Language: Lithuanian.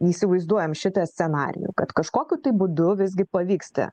įsivaizduojam šitą scenarijų kad kažkokiu būdu visgi pavyksta